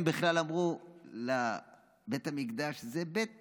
הם בכלל אמרו על בית המקדש: זה בית